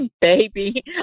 baby